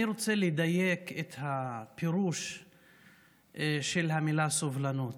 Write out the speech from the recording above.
אני רוצה לדייק את הפירוש של המילה סובלנות.